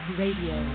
radio